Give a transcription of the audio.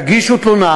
תגישו תלונה,